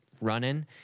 Running